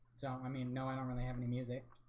so i mean no, i don't really have any music